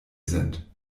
sind